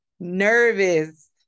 Nervous